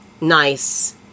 nice